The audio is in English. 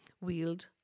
wield